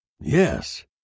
Yes